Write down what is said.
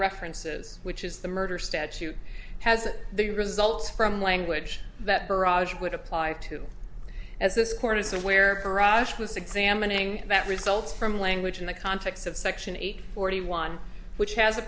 references which is the murder statute has the results from language that barrage would apply to as this court is aware urashima six sammon ng that results from language in the context of section eight forty one which has a